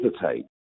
hesitate